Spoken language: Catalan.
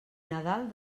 nadal